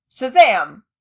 Shazam